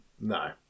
No